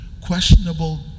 questionable